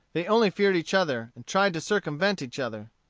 they only feared each other, and tried to circumvent each other.